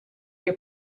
your